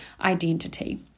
identity